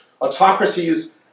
Autocracies